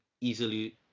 easily